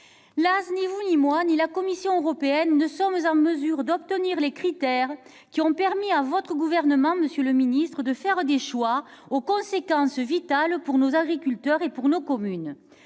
Las, ni vous, ni moi, ni même la Commission européenne, ne sommes en mesure d'obtenir les critères ayant permis à ce gouvernement de faire des choix aux conséquences vitales pour nos agriculteurs et nos communes.